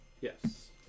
Yes